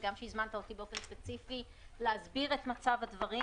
וגם שהזמנת אותי באופן ספציפי להסביר את מצב הדברים.